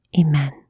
Amen